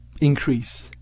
increase